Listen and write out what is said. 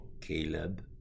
Caleb